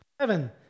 Seven